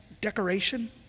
decoration